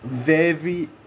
very